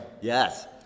Yes